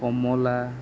কমলা